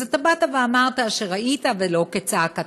אז אתה אמרת שראית וזה לא כצעקתה,